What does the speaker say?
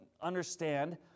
understand